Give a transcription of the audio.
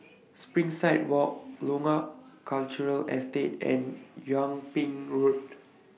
Springside Walk Loyang Cultural Estate and Yung Ping Road